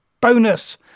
bonus